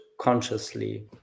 consciously